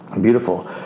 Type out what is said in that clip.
Beautiful